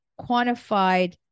quantified